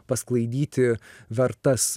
pasklaidyti vertas